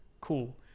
Cool